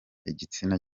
igitsina